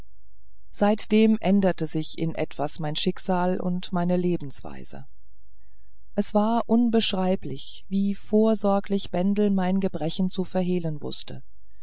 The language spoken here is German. seitdem änderten sich in etwas mein schicksal und meine lebensweise es ist unbeschreiblich wie vorsorglich bendel mein gebrechen zu verhehlen wußte